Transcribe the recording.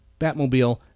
Batmobile